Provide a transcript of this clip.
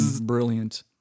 brilliant